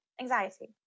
anxiety